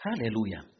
hallelujah